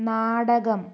നാടകം